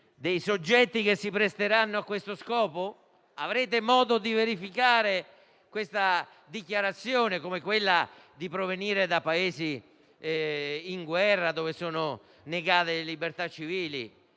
soggetti che si presteranno a questo scopo? Avrete modo di verificare questa dichiarazione, come quella di provenire da Paesi in guerra, dove sono negate le libertà civili?